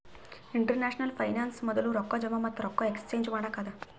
international finance ಮೊದ್ಲು ರೊಕ್ಕಾ ಜಮಾ ಮತ್ತ ರೊಕ್ಕಾ ಎಕ್ಸ್ಚೇಂಜ್ ಮಾಡಕ್ಕ ಅದಾ